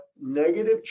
negative